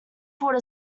thought